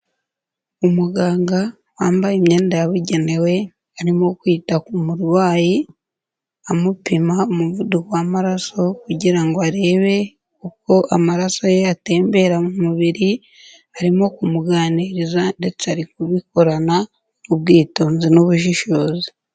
Umuganga wambaye imyenda yabugenewe arimo kwita ku murwayi amupima umuvuduko w'amaraso kugira ngo arebe uko amaraso ye atembera mu mubiri, arimo kumuganiriza ndetse ari kubikorana ubwitonzi n'ubushishozi.